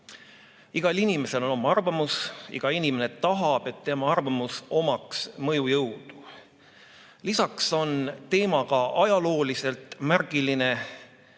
Igal inimesel on oma arvamus, iga inimene tahab, et tema arvamus omaks mõjujõudu. Lisaks on teema ajalooliselt märgiline.